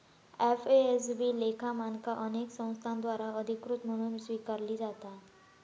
FASB लेखा मानका अनेक संस्थांद्वारा अधिकृत म्हणून स्वीकारली जाता